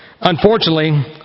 Unfortunately